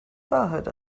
wahrheit